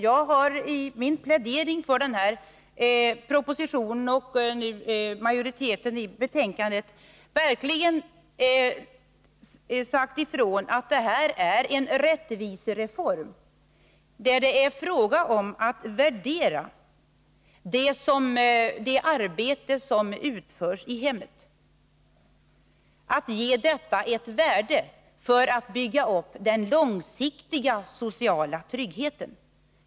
Jag har i min plädering för propositionen och för utskottsmajoriteten verkligen sagt ifrån att det gäller en rättvisereform. Det är fråga om att värdera det arbete som utförs i hemmet, att ge detta ett värde för att bygga upp den långsiktiga sociala tryggheten.